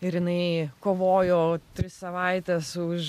ir jinai kovojo tris savaites už